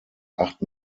acht